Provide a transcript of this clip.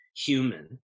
human